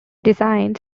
designs